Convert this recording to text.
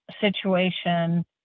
situation